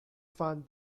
fun